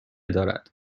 دارد